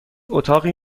اتاقی